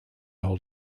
hold